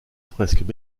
fresques